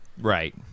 right